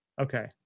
Okay